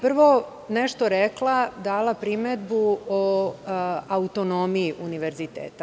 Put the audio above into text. Prvo bih dala primedbu o autonomiji univerziteta.